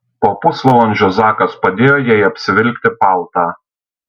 po pusvalandžio zakas padėjo jai apsivilkti paltą